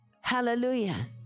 hallelujah